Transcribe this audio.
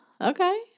okay